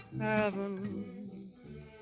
Heaven